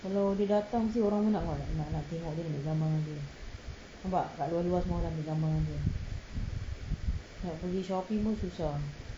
kalau dia datang mesti orang nak nak nak tengok dia ambil gambar dengan dia nampak kat luar semua orang nak ambil gambar dengan dia nak pergi shopping pun susah